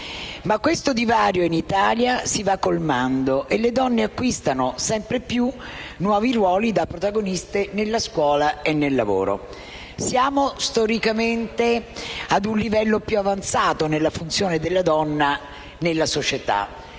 Ma questo divario in Italia si va colmando e le donne acquistano, sempre più, nuovi ruoli da protagoniste nella scuola e nel lavoro. Siamo storicamente a un livello più avanzato nella funzione della donna nella società.